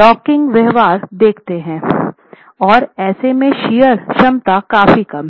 rocking व्यवहार देखते हैं और ऐसे में शियर क्षमता काफी कम है